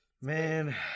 man